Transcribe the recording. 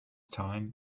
time